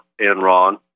enron